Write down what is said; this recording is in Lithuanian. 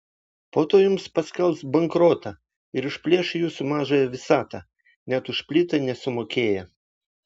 po to jums paskelbs bankrotą ir išplėš jūsų mažąją visatą net už plytą nesumokėję